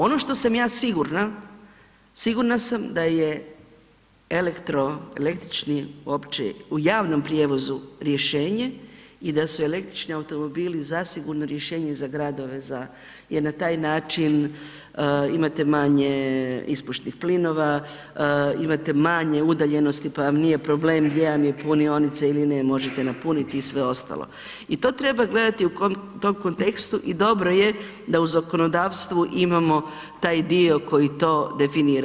Ono što sam ja sigurna, sigurna sam da je elektro, električni uopće u javnom prijevozu rješenje i da su električni automobili zasigurno rješenje za gradova za, jer na taj način imate manje ispušnih plinova, imate manje udaljenosti pa vam nije problem, gdje vam je punionica ili ne, možete napuniti i sve ostalo i to treba gledati u tom kontekstu i dobro je da u zakonodavstvu imamo taj dio koji to definira.